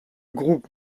groupe